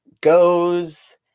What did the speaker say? goes